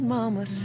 Mama